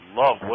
love